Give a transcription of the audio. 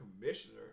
commissioner